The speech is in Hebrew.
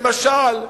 למשל,